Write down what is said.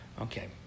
Okay